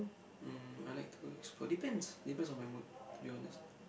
mm I like to explore depends depends on my mood to be honest